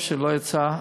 טוב שלא יצא.